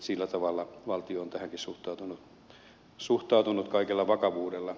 sillä tavalla valtio on tähänkin suhtautunut kaikella vakavuudella